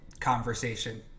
conversation